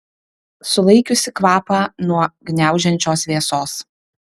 sulaikiusi kvapą nuo gniaužiančios vėsos